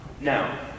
Now